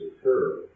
occur